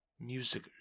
music